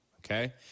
Okay